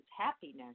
happiness